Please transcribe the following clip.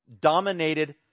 dominated